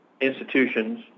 institutions